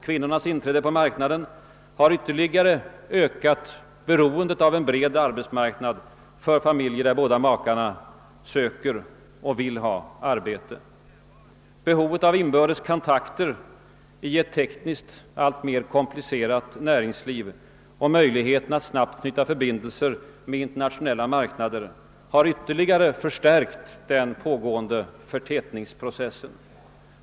Kvinnornas inträde på ar betsmarknaden har ytterligare ökat beroendet av en bred arbetsmarknad för familjer där båda makarna söker och vill ha arbete. Behovet av inbördes kontakter i ett tekniskt alltmer komplicerat näringsliv och möjligheterna att snabbt knyta förbindelse med internationella marknader har ytterligare förstärkt den pågående förtätningsprocessen.